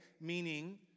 meaning